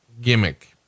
gimmick